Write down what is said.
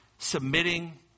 submitting